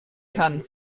kann